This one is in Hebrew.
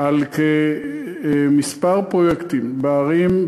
על כמה פרויקטים בערים,